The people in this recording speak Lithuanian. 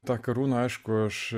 tą karūną aišku aš